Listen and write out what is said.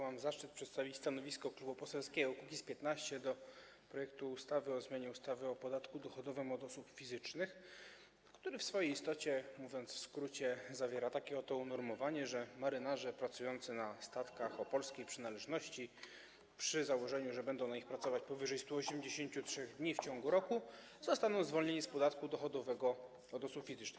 Mam zaszczyt przedstawić stanowisko Klubu Poselskiego Kukiz’15 wobec projektu ustawy o zmianie ustawy o podatku dochodowym od osób fizycznych, który w swojej istocie, mówiąc w skrócie, zawiera takie oto unormowanie, że marynarze pracujący na statkach o polskiej przynależności - przy założeniu, że będą na nich pracować powyżej 183 dni w ciągu roku - zostaną zwolnieni z podatku dochodowego od osób fizycznych.